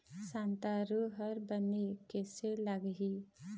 संतालु हर बने कैसे लागिही?